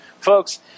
Folks